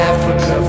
Africa